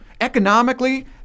Economically